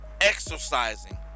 exercising